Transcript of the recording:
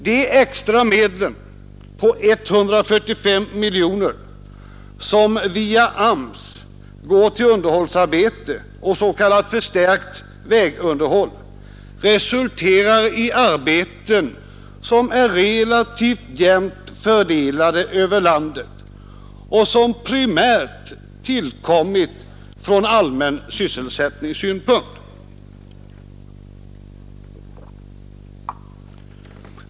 De extra medlen på ca 500 miljoner kronor som via AMS går till vägväsendet resulterar i arbeten som är relativt jämnt fördelade över landet och som primärt tillkommit från allmän sysselsättningssynpunkt.